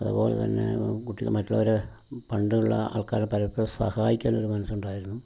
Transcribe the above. അതുപോലെ തന്നെ കുട്ടികൾ മറ്റുള്ളവരെ പണ്ടുള്ള ആൾക്കാരെ പലപ്പോഴും സഹായിക്കാനൊരു മനസ്സുണ്ടായിരുന്നു